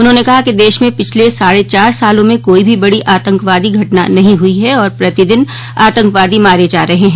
उन्होंने कहा कि देश में पिछले साढ़े चार सालों में कोई भी बड़ी आतंकवादी घटना नहीं हुई है और प्रतिदिन आतंकवादी मारे जा रहे है